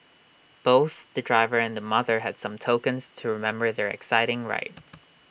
both the driver and the mother had some tokens to remember their exciting ride